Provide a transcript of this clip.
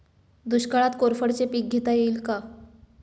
दुष्काळात कोरफडचे पीक घेता येईल का?